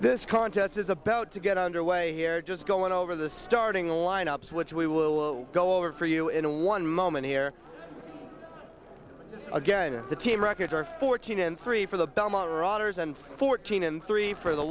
this contest is about to get underway here just going over the starting line ups which we will go over for you in a one moment here again at the team records are fourteen and three for the belmont rogers and fourteen and three for the